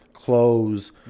clothes